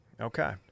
Okay